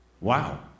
Wow